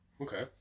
Okay